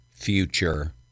future